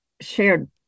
shared